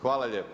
Hvala lijepo.